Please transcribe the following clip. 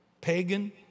pagan